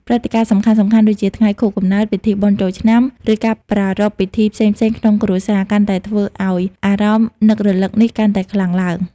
ព្រឹត្តិការណ៍សំខាន់ៗដូចជា ថ្ងៃខួបកំណើត ពិធីបុណ្យចូលឆ្នាំ ឬការប្រារព្ធពិធីផ្សេងៗក្នុងគ្រួសារ កាន់តែធ្វើឱ្យអារម្មណ៍នឹករលឹកនេះកាន់តែខ្លាំងឡើង។